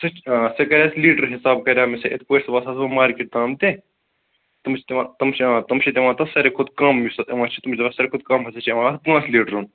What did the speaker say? six آ سُکیٖر litre حِساب کَرا مےٚ سٍتۍ یِاِتھٕ پٲٹھۍ وساس بہٕ مارکیٹ تام تہٕ تِم چھِ دِوان تِم چھِ ہیٚوان تِم چھِ دِوان تَتھ سارِوٕے کھۅتہٕ کَم یُس تتھ یِوان چھُ تِم چھِ دِوان سارِوٕے کھۅتہٕ کَم ہَسا چھِ یِوان پانٛژھ لیٖٹرُن